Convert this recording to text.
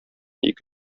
ике